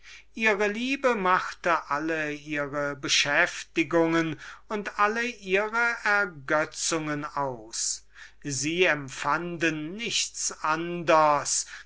ihre liebe machte alle ihre beschäftigungen und alle ihre ergötzungen aus sie empfanden nichts anders